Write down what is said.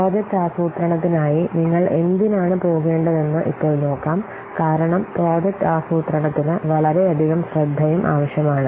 project ആസൂത്രണത്തിനായി നിങ്ങൾ എന്തിനാണ് പോകേണ്ടതെന്ന് ഇപ്പോൾ നോക്കാം കാരണം പ്രോജക്റ്റ് ആസൂത്രണത്തിന് വളരെയധികം ശ്രദ്ധയും ആവശ്യമാണ്